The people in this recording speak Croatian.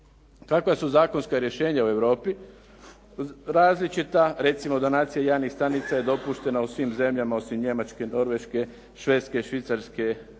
Kakve su zakonske rješenja u Europi? Različita. Recimo donacija jajnih stanica je dopuštena u svim zemljama osim Njemačke, Norveške, Švedske, Švicarske,